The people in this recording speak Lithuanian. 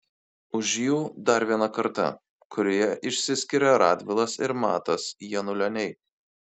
už jų dar viena karta kurioje išsiskiria radvilas ir matas janulioniai